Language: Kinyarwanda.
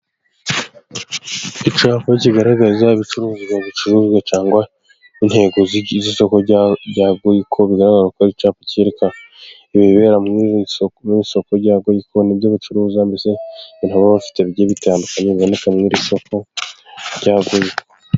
Icyapa kigaragaza ibicuruzwa bicuruzwa cyangwa intego z'isoko rya Goyiko, bigaragara ko ari icyapa cyerekana ibibera muri iri soko rya Goyiko, n'ibyo bacuruza, mbese ibintu baba bafite bigiye bitandukanye biboneka muri iri soko rya Goyiko.